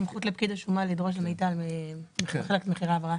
סמכות לפקיד השומה לדרוש -- מחירי העברה.